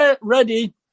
ready